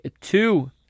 two